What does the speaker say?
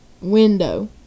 window